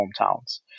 hometowns